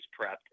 prepped